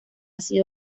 sido